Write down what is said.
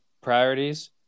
priorities